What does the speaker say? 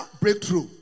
breakthrough